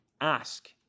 Ask